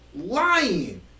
Lying